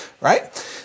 right